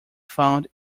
found